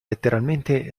letteralmente